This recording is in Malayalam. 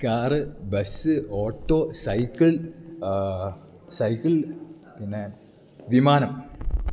car bus auto cycle cycle പിന്നെ വിമാനം